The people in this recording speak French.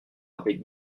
avec